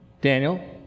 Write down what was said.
Daniel